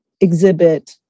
exhibit